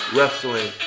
Wrestling